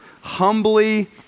humbly